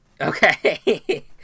Okay